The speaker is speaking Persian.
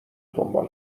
دنبال